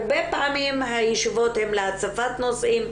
הרבה פעמים הישיבות הן להצפת נושאים,